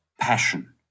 passion